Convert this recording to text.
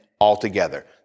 altogether